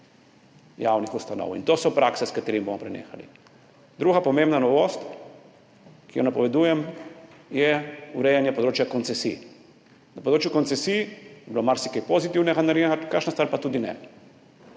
javnih ustanov. In to so prakse, s katerimi bomo prenehali. Druga pomembna novost, ki jo napovedujem, je urejanje področja koncesij. Na področju koncesij je bilo marsikaj pozitivnega narejenega, kakšna stvar pa tudi ne.